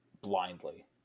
blindly